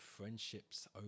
friendships